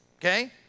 Okay